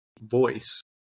voice